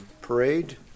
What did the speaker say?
Parade